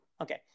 Okay